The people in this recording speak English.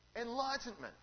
Enlightenment